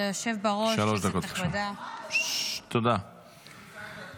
כבוד היושב-ראש, כנסת נכבדה, זאת לא ממשלה,